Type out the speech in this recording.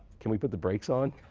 can we put the brakes on?